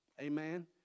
Amen